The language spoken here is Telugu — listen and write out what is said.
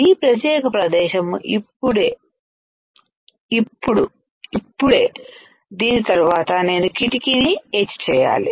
ఈ ప్రత్యేక ప్రదేశము ఇప్పుడు ఇప్పుడే దీని తరువాత నేను కిటికీని ఎచ్ చేయాలి